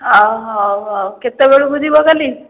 ହଉ ହଉ ହଉ କେତେବେଳକୁ ଯିବ କାଲି